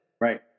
Right